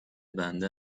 بنده